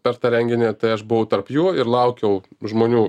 per tą renginį tai aš buvau tarp jų ir laukiau žmonių